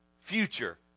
Future